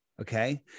Okay